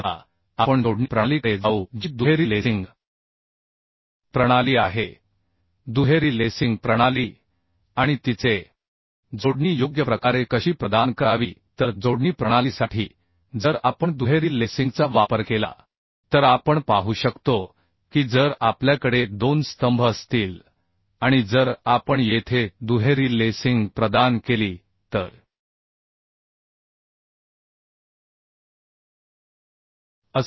आता आपण जोडणी प्रणालीकडे जाऊ जी दुहेरी लेसिंग प्रणाली आहे दुहेरी लेसिंग प्रणाली आणि तिचे जोडणी योग्य प्रकारे कशी प्रदान करावी तर जोडणी प्रणालीसाठी जर आपण दुहेरी लेसिंगचा वापर केला तर आपण पाहू शकतो की जर आपल्याकडे दोन स्तंभ असतील आणि जर आपण येथे दुहेरी लेसिंग प्रदान केली तर याप्रमाणे होईल